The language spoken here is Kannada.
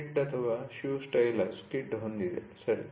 ಸ್ಕಿಡ್ ಅಥವಾ ಶೂ ಸ್ಟೈಲಸ್ ಸ್ಕಿಡ್ ಹೊಂದಿದೆ ಸರಿ